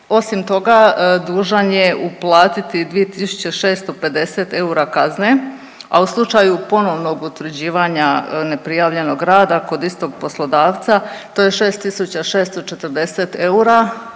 osim toga, dužan je uplatiti 2650 eura kazne, a u slučaju ponovnog utvrđivanja neprijavljenog rada kod istog poslodavca, to je 6640 eura,